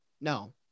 No